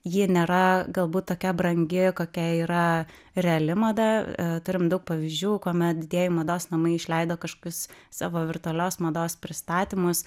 ji nėra galbūt tokia brangi kokia yra reali mada turime daug pavyzdžių kuomet didieji mados namai išleido kažkokius savo virtualios mados pristatymus